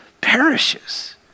perishes